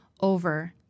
over